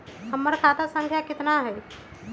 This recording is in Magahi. हमर खाता संख्या केतना हई?